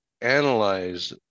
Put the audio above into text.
analyze